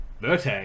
Verte